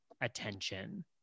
attention